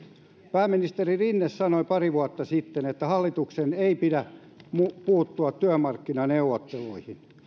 pääministeri rinne sanoi pari vuotta sitten että hallituksen ei pidä puuttua työmarkkinaneuvotteluihin